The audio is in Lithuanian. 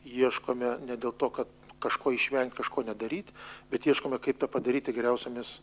ieškome ne dėl to kad kažko išvengt kažko nedaryt bet ieškome kaip tą padaryti geriausiomis